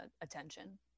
attention